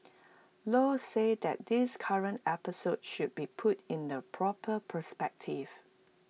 low said that this current episode should be put in the proper perspective